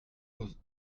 pose